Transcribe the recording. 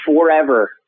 forever